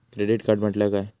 Credit card म्हटल्या काय?